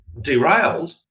derailed